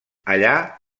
allà